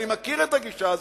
אני מכיר את הגישה הזאת.